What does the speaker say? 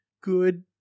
good